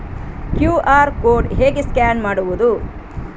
QR code ಹೇಗೆ scan ಮಾಡುವುದು?